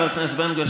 חבר הכנסת בן גביר,